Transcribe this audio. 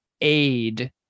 aid